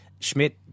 Schmidt